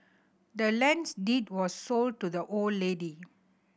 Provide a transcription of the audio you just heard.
the land's deed was sold to the old lady